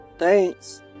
Thanks